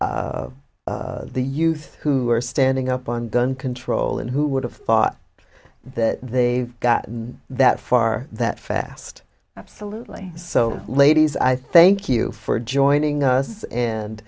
the the youth who are standing up on gun control and who would have thought that they've gotten that far that fast absolutely so ladies i thank you for joining us and